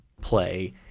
play